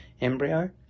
embryo